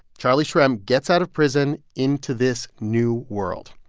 charlie shrem gets out of prison into this new world.